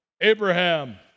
Abraham